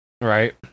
Right